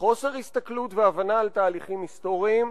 וחוסר הסתכלות והבנה של תהליכים היסטוריים,